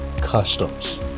Customs